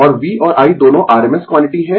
और V और I दोनों rms क्वांटिटी है